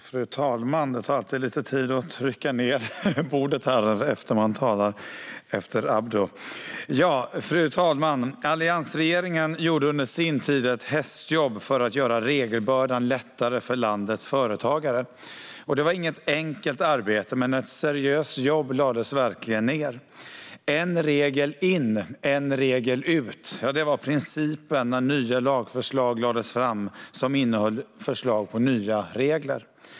Fru talman! Alliansregeringen gjorde under sin tid ett hästjobb för att göra regelbördan lättare för landets företagare. Det var inget enkelt arbete, men ett seriöst arbete lades verkligen ned. När lagförslag om nya regler lades fram var principen "en regel in, en regel ut".